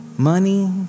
Money